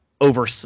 over